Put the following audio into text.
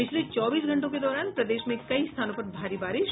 पिछले चौबीस घंटों के दौरान प्रदेश में कई स्थानों पर भारी बारिश